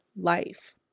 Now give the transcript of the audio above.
life